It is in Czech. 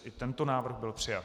I tento návrh byl přijat.